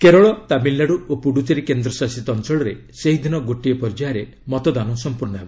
କେରଳ ତାମିଲନାଡୁ ଓ ପୁଡୁଚେରୀ କେନ୍ଦ୍ରଶାସିତ ଅଞ୍ଚଳରେ ସେହିଦିନ ଗୋଟିଏ ପର୍ଯ୍ୟାୟରେ ମତଦାନ ସମ୍ପୂର୍ଣ୍ଣ ହେବ